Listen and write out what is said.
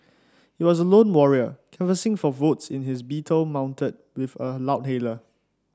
he was a lone warrior canvassing for votes in his Beetle mounted with a loudhailer